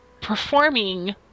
performing